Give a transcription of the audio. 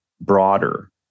broader